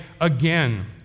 again